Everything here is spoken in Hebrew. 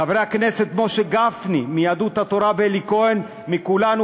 חבר הכנסת משה גפני מיהדות התורה ואלי כהן מכולנו